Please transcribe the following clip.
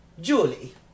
Julie